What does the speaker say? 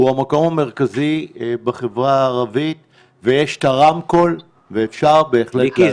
הוא המקום המרכזי בחברה הערבית ויש את הרמקול ואפשר בהחלט --- מיקי,